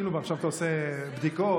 ועכשיו אתה עושה בדיקות?